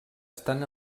estan